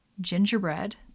gingerbread